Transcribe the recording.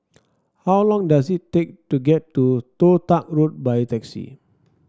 how long does it take to get to Toh Tuck Road by taxi